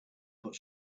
put